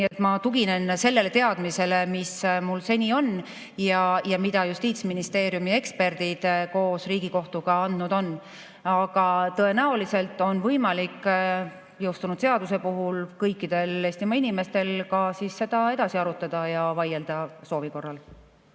Nii et ma tuginen sellele teadmisele, mis mul seni on ja mida Justiitsministeeriumi eksperdid koos Riigikohtuga andnud on. Aga tõenäoliselt on võimalik ka jõustunud seaduse puhul kõikidel Eestimaa inimestel seda edasi arutada ja soovi korral